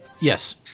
Yes